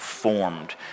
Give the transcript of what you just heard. Formed